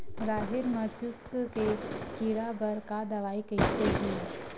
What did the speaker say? राहेर म चुस्क के कीड़ा बर का दवाई कइसे ही?